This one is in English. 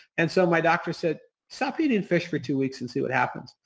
and so, my doctor said, stop eating fish for two weeks and see what happens.